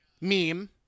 meme